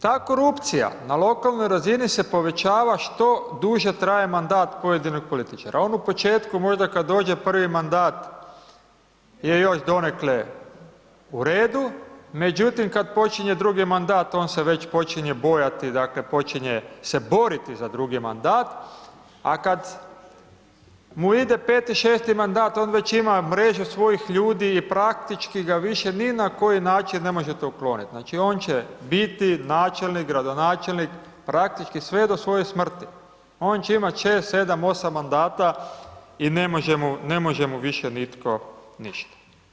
Ta korupcija na lokalnoj razini se povećava što duže traje mandat pojedinog političara, on u početku možda kad dođe prvi mandat je još donekle u redu, međutim, kad počinje drugi mandat, on se već počinje bojati, dakle, počinje se boriti za drugi mandat, a kad mu ide peti, šesti mandat, on već ima mreže svojih ljudi i praktički ga više ni na koji način ne možete ukloniti, znači, on će biti načelnik, gradonačelnik, praktički sve do svoje smrti, on će imati 6, 7, 8 mandata i ne može mu, ne može mu više nitko ništa.